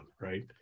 right